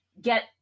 get